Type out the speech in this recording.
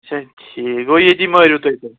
اچھا ٹھیٖک گوٚو ییٚتی مٲرِو تُہۍ تیٚلہِ